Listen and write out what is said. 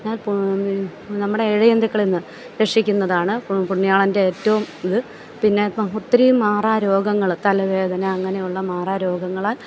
നമ്മുടെ ഇഴ ജന്ധുക്കളിൽ നിന്ന് രക്ഷിക്കുന്നതാണ് പുണ്യാളൻ്റെ ഏറ്റോം ഇത് പിന്നെ ഒത്തിരീം മാറാ രോഗങ്ങൾ തലവേദന അങ്ങനെയുള്ള മാറാ രോഗങ്ങളാൽ